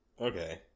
Okay